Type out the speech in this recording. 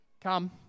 come